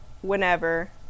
whenever